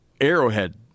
arrowhead